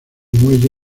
muelle